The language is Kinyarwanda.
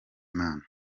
imana